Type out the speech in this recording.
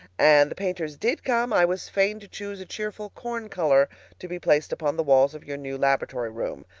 and the painters did come, i was fain to choose a cheerful corn color to be placed upon the walls of your new laboratory room.